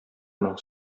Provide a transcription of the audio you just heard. моның